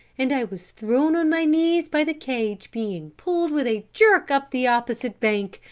and i was thrown on my knees by the cage being pulled with a jerk up the opposite bank.